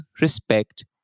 respect